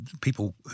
people